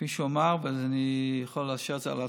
כפי שהוא אמר, ואני יכול לאשר את זה על עצמי,